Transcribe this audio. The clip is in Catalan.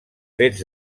fets